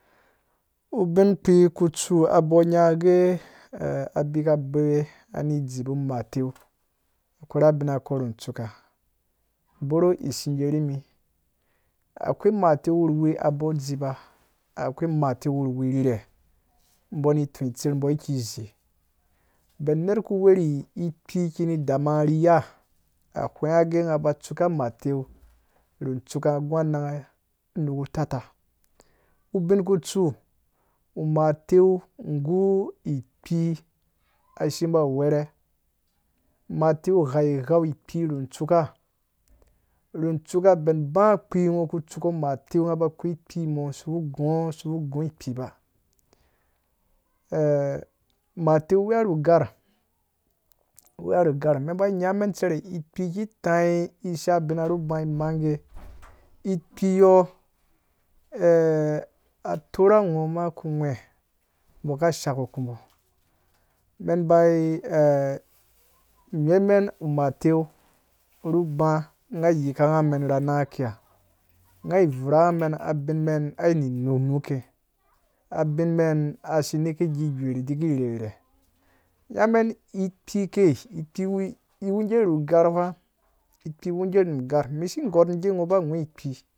Ubinkpi ku tsu abɔɔ nyangha gee abika bewe ne dzibu amateu korha abina kɔɔ nu tsuuka bor ishigee rimi akwai mateu wurwi abɔɔ dziba akwai mateu wurwi rhere zo ni toi tserbo yiki zei ben nerku wuri ikpii kini dama ngha ri ya a ghwengha gee ngha ba tsuka mateu nu tsuka ngha gũ nangha nuku tataa ubin kutsu umateu gũ ikpii shibo agherhe mateu ghau ghai ikpii rutsuka ru tsuka ben ba kpi ngho ku tsuk mateu ngha ba koyi ikpii mɔɔ sivu gũ kpi ba mateu weya ru gar weyaru gar me ba nyamen cere ikpii ki taiyi isha bina nu ba mangee ikpii yɔɔ a torha ngho ku gwee bo ka shakukubo men bai ghwemen u mateu ru bã ngha yikangh men na nangha kiya ngha vjura ngha men abimen ai nuke abinme asi neke gwihwar ki rherhe nyaman ikpii kei kpii wugee ru gar ta iwegee ru gari mi si gormu gee ngho ba goi ikpii